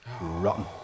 rotten